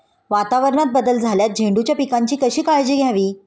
वातावरणात बदल झाल्यास झेंडूच्या पिकाची कशी काळजी घ्यावी?